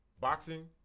Boxing